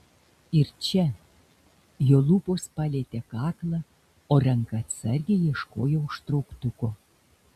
ir čia jo lūpos palietė kaklą o ranka atsargiai ieškojo užtrauktuko